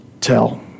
tell